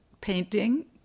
painting